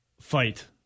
fight